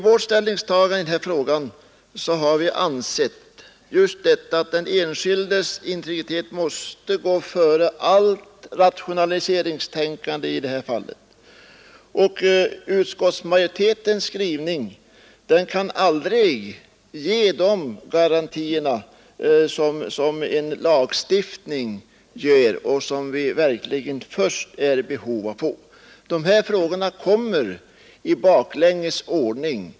Vårt ställningstagande i denna fråga innebär att vi ansett att den enskildes integritet måste gå före allt rationaliseringstänkande. Och utskottsmajoritetens skrivning kan i det fallet aldrig ge samma garantier som en lagstiftning, och därför är det en sådan vi först är i behov av. Här har frågorna nu kommit i bakvänd ordning.